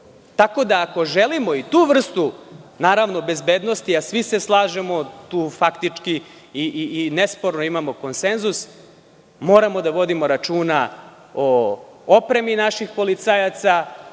MUP.Tako da ako želimo i tu vrstu bezbednosti, a svi se slažemo i tu nesporno imamo konsenzus, moramo da vodimo računa o opremi naših policajaca,